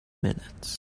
minutes